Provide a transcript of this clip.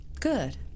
Good